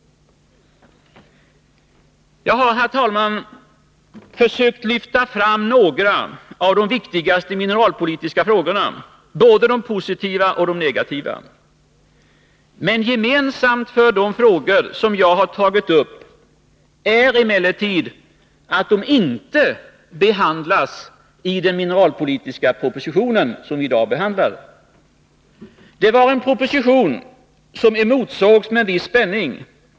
Jag har försökt lyfta fram några av de viktigaste mineralpolitiska frågorna — både de positiva och de negativa. Gemensamt för de frågor som jag tagit upp är att de inte behandlas i den mineralpolitiska propositionen. Det var en proposition som emotsågs med viss spänning.